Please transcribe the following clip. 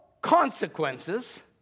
consequences